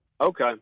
okay